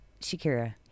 Shakira